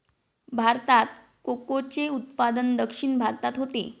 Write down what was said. भारतात कोकोचे उत्पादन दक्षिण भारतात होते